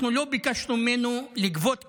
אנחנו לא ביקשנו ממנו לגבות כספים.